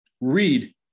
Read